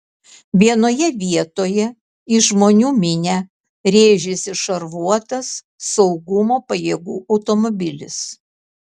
vienoje vietoje į žmonių minią rėžėsi šarvuotas saugumo pajėgų automobilis